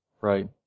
Right